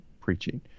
preaching